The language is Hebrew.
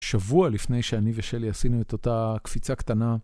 שבוע לפני שאני ושלי עשינו את אותה קפיצה קטנה.